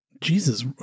Jesus